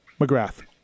McGrath